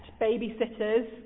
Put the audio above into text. babysitters